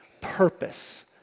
purpose